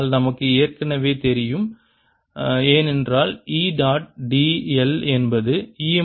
ஆனால் நமக்கு ஏற்கனவே தெரியும் ஏனென்றால் E டாட் dl என்பது ஈ